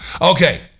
Okay